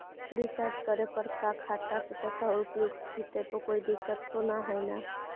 Recharge करे पर का खाता से पैसा उपयुक्त जितै तो कोई दिक्कत तो ना है?